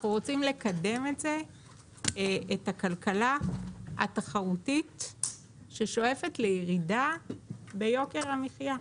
אנחנו רוצים לקדם את הכלכלה התחרותית ששואפת לירידה ביוקר המחייה.